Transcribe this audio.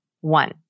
One